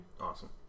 Awesome